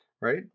right